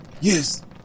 Yes